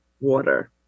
water